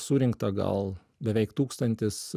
surinkta gal beveik tūkstantis